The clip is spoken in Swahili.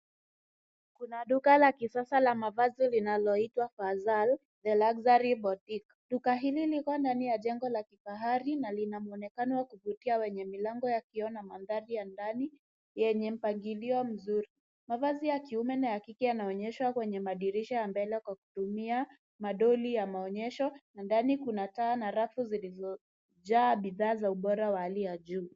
Kuna duka la kisasa la mavazi linaloitwa Fazal the Luxury Boutique . Duka hili liko ndani ya jengo la kifahari na lina mwonekano wa kuvutia wenye milango ya kioo na mandhari ya ndani yenye mpangilio mzuri. Mavazi ya kiume na ya kike yanaonyeshwa kwenye madirisha ya mbele kwa kutumia madoli ya maonyesho, na ndani kuna taa na rafu zilizojaa bidhaa za ubora wa hali ya juu.